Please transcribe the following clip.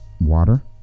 water